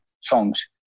songs